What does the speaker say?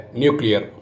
nuclear